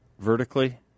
Vertically